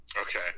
Okay